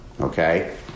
okay